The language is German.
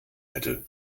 hätte